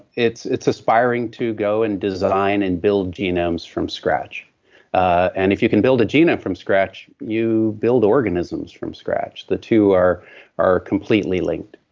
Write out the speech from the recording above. it's it's aspiring to go and design and build genomes from scratch and if you can build a genome from scratch, you build organisms from scratch. the two are are completely linked.